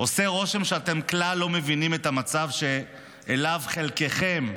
עושה רושם שאתם כלל לא מבינים את המצב שאליו חלקכם,